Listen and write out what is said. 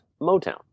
Motown